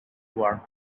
war